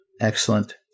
Excellent